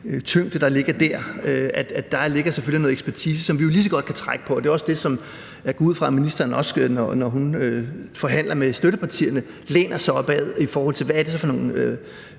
tyngde, der ligger der, at der selvfølgelig ligger noget ekspertise, som vi jo lige så godt kan trække på, og det er også det, som jeg går ud fra at ministeren gør, når hun forhandler med støttepartierne, altså læner sig op ad, hvad det så er for nogle